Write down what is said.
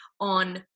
on